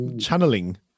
channeling